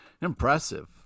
impressive